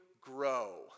grow